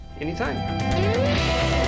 Anytime